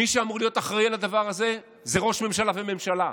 מי שאמור להיות אחראי לדבר הזה זה ראש הממשלה והממשלה,